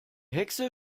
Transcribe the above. hexe